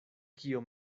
kio